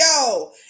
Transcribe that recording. yo